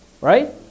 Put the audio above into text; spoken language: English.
Right